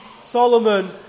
Solomon